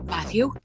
Matthew